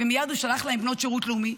ומייד הוא שלח להם בנות שירות לאומי.